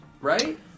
right